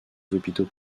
hôpitaux